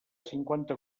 cinquanta